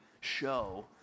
show